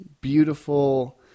beautiful